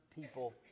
people